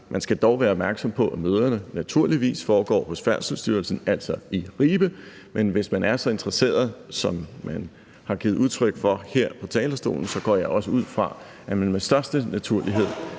Man skal dog være opmærksom på, at møderne naturligvis foregår hos Færdselsstyrelsen, altså i Ribe, men hvis man er så interesseret, som man har givet udtryk for her fra talerstolen at man er, går jeg også ud fra, at man med største naturlighed